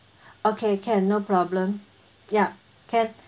okay can no problem ya can